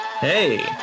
Hey